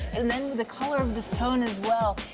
and then the color of the stone, as well.